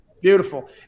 Beautiful